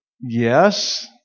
yes